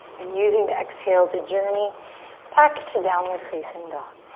and using the exhale to journey back to downward facing dog.